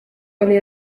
oli